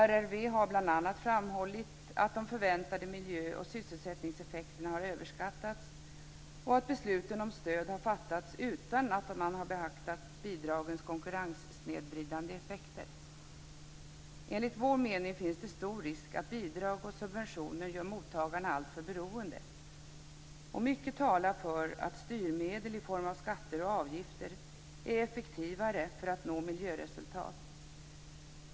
RRV har bl.a. framhållit att de förväntade miljö och sysselsättningseffekterna har överskattats och att besluten om stöd har fattats utan att man har beaktat bidragens konkurrenssnedvridande effekter. Enligt vår mening finns det stor risk att bidrag och subventioner gör mottagarna alltför beroende. Och mycket talar för att styrmedel i form av skatter och avgifter är effektivare för att nå miljöresultat.